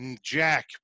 Jack